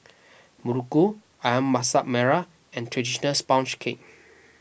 Muruku Ayam Masak Merah and Traditional Sponge Cake